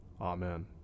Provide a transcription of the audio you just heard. Amen